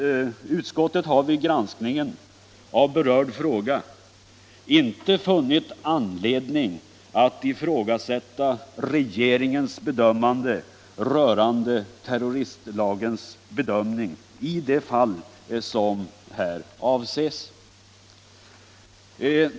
Utskottet har vid granskningen av berörd fråga inte funnit anledning att ifrågasätta regeringens bedömande rörande terroristlagens tillämpning i de fall som här avses.